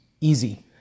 easy